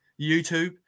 YouTube